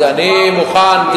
אני מוכן.